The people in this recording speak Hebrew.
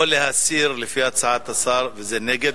או להסיר, לפי הצעת השר, וזה נגד.